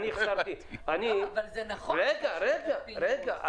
אני ראיתי את